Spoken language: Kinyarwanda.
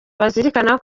bazirikana